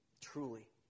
truly